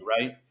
Right